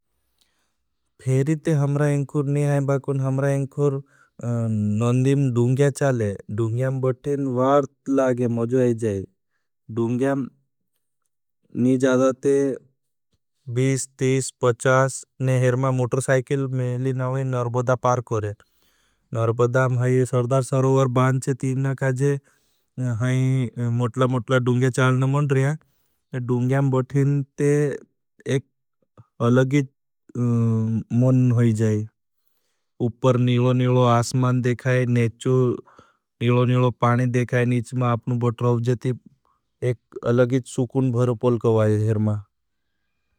फेरी ते हमरा इंखुर नहीं है बाकुन, हमरा इंखुर नोंधीम दुंग्या चाले, दुंग्यां बठें वार्थ लागे, मज़ू आई जाई। दुंग्यां नी जादा ते बीस, तीस, पचास, नेहर मां मोटर साइकिल मेली नावई नर्बदा पार्क होरे। नर्बदा हम है, सर्दार सरोवर बान चे तीना काजे। हैं मोटला मोटला दुंग्या चालने मोट रहा, दुंग्यां बठें ते एक अलगीत मन होई जाई। ऊपर नीलों नीलों आसमान डिकाओ नीचे नीलों नीलों पानी दिखाओ। जाती एक अलग ही सुकून पल कहवाये हर्म्य।